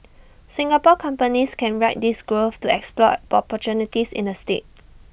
Singapore companies can ride this growth to explore opportunities in the state